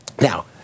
Now